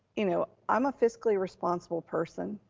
you know, i'm a fiscally responsible person.